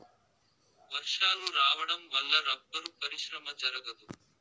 వర్షాలు రావడం వల్ల రబ్బరు పరిశ్రమ జరగదు